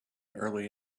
early